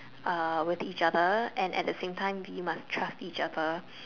uh with each other and at the same time you must trust each other